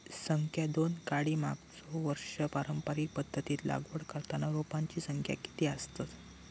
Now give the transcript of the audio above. संख्या दोन काडी मागचो वर्षी पारंपरिक पध्दतीत लागवड करताना रोपांची संख्या किती आसतत?